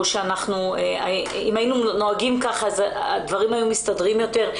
או אם היינו נוהגים ככה אז הדברים היו מסתדרים יותר?